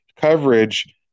coverage